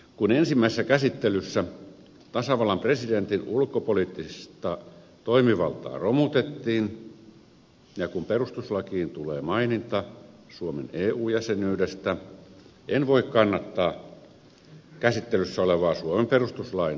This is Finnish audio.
kun ensimmäisessä käsittelyssä tasavallan presidentin ulkopoliittista toimivaltaa romutettiin ja kun perustuslakiin tulee maininta suomen eu jäsenyydestä en voi kannattaa käsittelyssä olevaa suomen perustuslain muutosesitystä